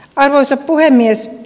arvoisa puhemies